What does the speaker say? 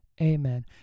Amen